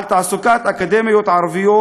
על תעסוקת אקדמאיות ערביות,